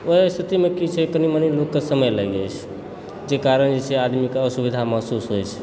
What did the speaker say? ओहि स्थितिमे कि छै लोकके कनी मनी लोकके समय लागि जाइत छै जाहि कारण जे छै आदमीके असुविधा महसूस होइत छै